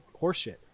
horseshit